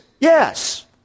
yes